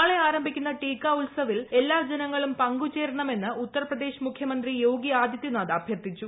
നാളെ ആരംഭിക്കുന്ന ടീക്ക ഉത്സ്പിൽ എല്ലാ ജനങ്ങളും പങ്കുചേരണമെന്ന് ഉത്തർപ്രദേശ് മുഖ്യമന്ത്രി യോഗി ആദിത്യനാഥ് അഭ്യർത്ഥിച്ചു